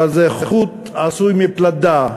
אבל זה חוט עשוי מפלדה,